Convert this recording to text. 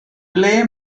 ble